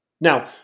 Now